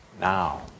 now